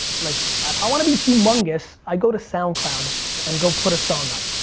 like i want to be humongous i go to soundcloud and go put a song up.